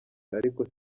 ariko